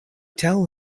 tell